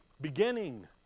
beginning